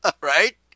right